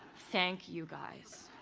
thank you, guys.